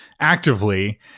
actively